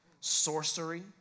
sorcery